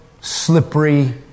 slippery